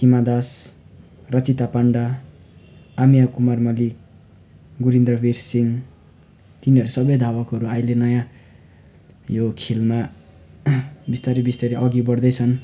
हिमा दास रचिता पान्डा आम्या कुमार मलिक गुरिन्द्र देव सिंह तिनीहरू सबै धावकहरू अहिले नयाँ यो खेलमा बिस्तारै बिस्तारै अघि बढ्दैछन्